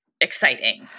exciting